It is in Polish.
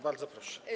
Bardzo proszę.